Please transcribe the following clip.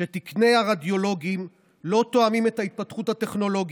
שתקני הרדיולוגים לא תואמים את ההתפתחות הטכנולוגית,